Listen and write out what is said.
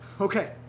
Okay